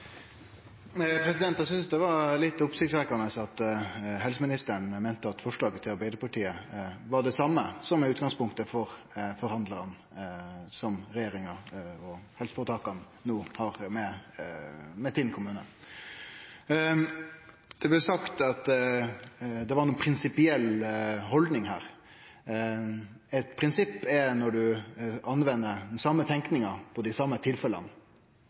litt oppsiktsvekkjande at helseministeren meinte at forslaget til Arbeidarpartiet var det same som var utgangspunktet for forhandlingane som regjeringa og helseføretaka no har med Tinn kommune. Det blei sagt at det var ei prinsipiell haldning her. Eit prinsipp er når ein anvender den same tenkinga på